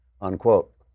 unquote